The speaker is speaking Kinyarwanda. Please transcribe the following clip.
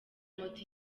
moto